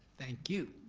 thank you.